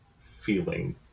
feeling